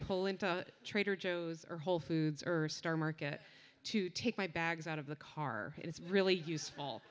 pull into trader joe's or whole foods earth star market to take my bags out of the car it's really useful